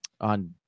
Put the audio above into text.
on